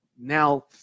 now